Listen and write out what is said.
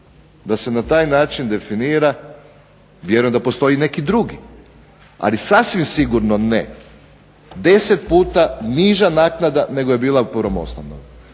da se na taj način definira vjerujem da postoji neki drugi, ali sasvim sigurno ne 10 puta niža naknada nego što je bila u prvom osnovnom.